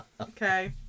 Okay